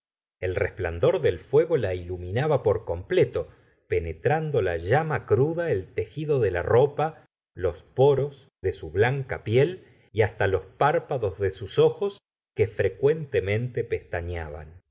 el resplandor del fuego la iluminaba por completo penetrando la llama cruda el tejido de la ropa los poros de su blanca piel y hasta los párpados de sus ojos que frecuentemente pestañeaban una